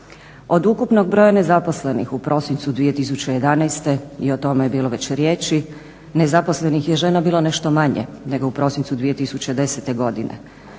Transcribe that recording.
Od ukupnog broja nezaposlenih u prosincu 2011., i o tome je bilo već riječi, nezaposlenih je žena bilo nešto manje nego u prosincu 2010., iako